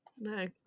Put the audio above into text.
No